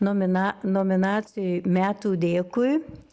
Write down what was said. nomina nominacijoj metų dėkui